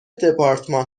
دپارتمان